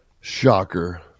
Shocker